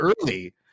early